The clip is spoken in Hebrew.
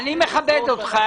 אני מכבד אותך.